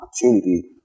opportunity